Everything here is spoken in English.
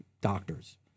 doctors